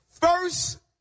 First